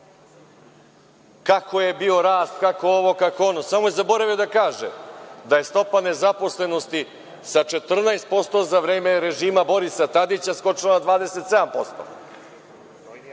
kako je bio rast, kako ovo, kako ono. Samo je zaboravio da kaže da je stopa nezaposlenosti sa 14%, za vreme režima Borisa Tadića, skočila na 27%.